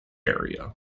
area